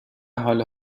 حال